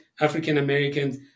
African-Americans